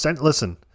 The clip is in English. Listen